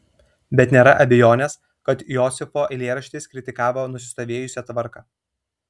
bet nėra abejonės kad josifo eilėraštis kritikavo nusistovėjusią tvarką